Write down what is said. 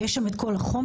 ויש שם את כל החומר,